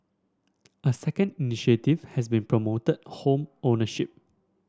a second initiative has been promoted home ownership